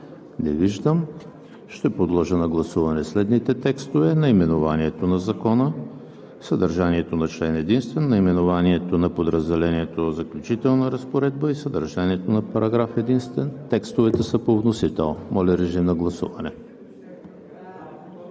Не виждам. Ще подложа на гласуване следните текстове: наименованието на Закона; съдържанието на член единствен; наименованието на подразделението „Заключителна разпоредба“; и съдържанието на параграф единствен. Текстовете са по вносител. Гласували